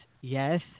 Yes